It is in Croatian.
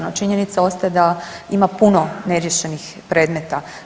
No činjenica ostaje da ima puno neriješenih predmeta.